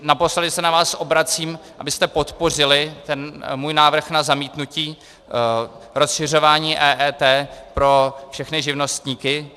Naposledy se na nás obracím, abyste podpořili můj návrh na zamítnutí rozšiřování EET pro všechny živnostníky.